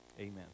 Amen